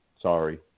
sorry